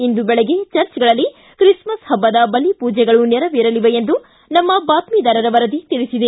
ಇಂದು ಬೆಳಗ್ಗೆ ಚರ್ಚ್ಗಳಲ್ಲಿ ಕ್ರಿಸ್ಮಸ್ ಹಬ್ಬದ ಬಲಿ ಪೂಜೆಗಳು ನೆರವೇರಲಿವೆ ಎಂದು ನಮ್ಮ ಬಾತ್ಟಿದಾರರ ವರದಿ ತಿಳಿಸಿದೆ